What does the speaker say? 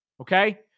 Okay